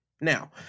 Now